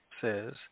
says